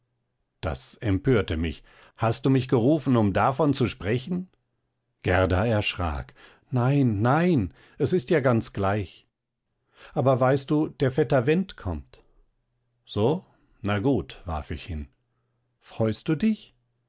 das empörte mich hast du mich gerufen um davon zu sprechen gerda erschrak nein nein es ist ja ganz gleich aber weißt du der vetter went kommt so na gut warf ich hin freust du dich